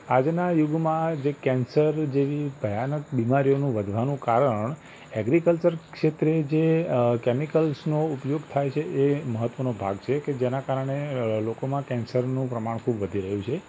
આજના યુગમાં જે કેન્સર જેવી ભયાનક બીમારીઓનું વધવાનું કારણ ઍગ્રિકલ્ચર ક્ષેત્રે જે કૅમિકલ્સનો ઉપયોગ થાય છે એ મહત્ત્વનો ભાગ છે કે જેનાં કારણે લોકોમાં કૅન્સરનું પ્રમાણ ખૂબ વધી રહ્યું છે